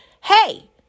hey